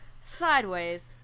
sideways